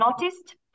noticed